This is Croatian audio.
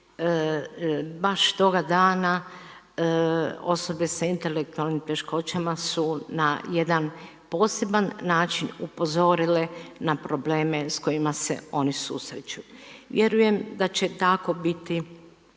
baš toga dana osobe sa intelektualnim teškoćama su na jedan poseban način upozorile na probleme s kojima se oni susreću. Vjerujem da će tako biti